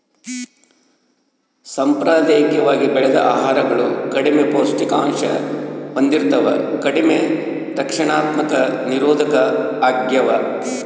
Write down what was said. ಸಾಂಪ್ರದಾಯಿಕವಾಗಿ ಬೆಳೆದ ಆಹಾರಗಳು ಕಡಿಮೆ ಪೌಷ್ಟಿಕಾಂಶ ಹೊಂದಿರ್ತವ ಕಡಿಮೆ ರಕ್ಷಣಾತ್ಮಕ ನಿರೋಧಕ ಆಗ್ಯವ